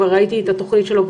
כבר ראיתי את התוכנית שלו,